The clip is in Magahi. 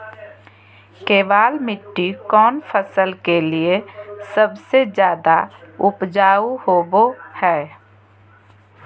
केबाल मिट्टी कौन फसल के लिए सबसे ज्यादा उपजाऊ होबो हय?